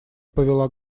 повела